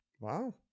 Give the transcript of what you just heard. Wow